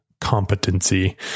competency